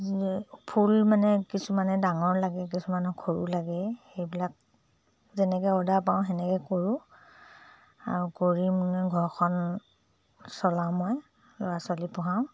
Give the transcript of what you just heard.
ফুল মানে কিছুমানে ডাঙৰ লাগে কিছুমানক সৰু লাগে সেইবিলাক যেনেকৈ অৰ্ডাৰ পাওঁ তেনেকৈ কৰোঁ আৰু কৰি মানে ঘৰখন চলাওঁ মই ল'ৰা ছোৱালী পঢ়াওঁ